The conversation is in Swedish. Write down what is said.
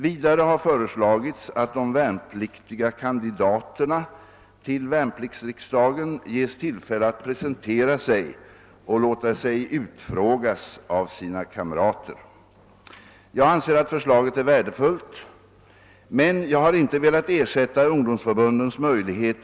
Vidare har förslagits att de värnpliktiga kandidaterna till värnpliktsriksdagen ges tillfälle att presentera sig och låta sig utfrågas av sina kamrater. Jag anser att förslaget är värdefullt, men jag har inte velat ersätta ungdomsförbundens möjlighet.